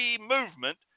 movement